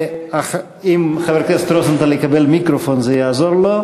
אם חבר הכנסת רוזנטל יקבל מיקרופון זה יעזור לו.